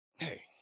Hey